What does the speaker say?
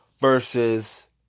versus